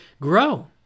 grow